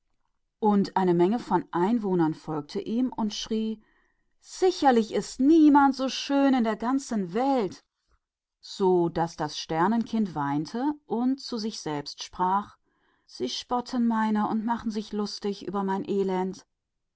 und eine menge von bürgern folgte ihm und rief wahrlich niemand in der ganzen welt ist schöner und das sternenkind weinte und sprach zu sich sie spotten meiner und machen sich über mein elend